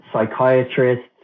psychiatrists